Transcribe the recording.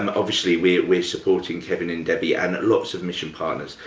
um obviously, we're we're supporting kevin and debbie and lots of mission partners.